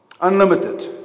Unlimited